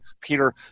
Peter